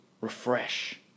refresh